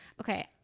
Okay